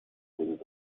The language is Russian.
будет